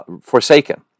forsaken